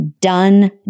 done